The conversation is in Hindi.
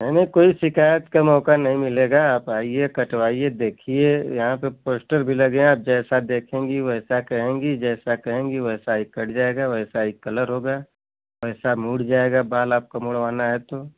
नहीं नहीं कोई शिकायत का मौका नहीं मिलेगा आप आइए कटवाइए देखिए यहाँ पर पोस्टर भी लगे हैं आप जैसा देखेंगी वैसा कहेंगी जैसा कहेंगी वैसा ही कट जाएगा वैसा ही कलर होगा वैसा मुड़ जाएगा बाल आपका मुड़वाना है तो